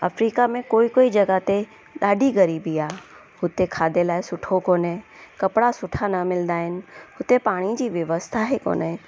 Africa में कोई कोई जॻह ते ॾाढी गरीबी आहे हुते खाधे लाइ सुठो कोन्हे कपिड़ा सुठा न मिलंदा आहिनि हुते पाणी जी व्यवस्था ई कोन्हे